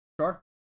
Sure